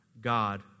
God